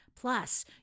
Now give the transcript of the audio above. plus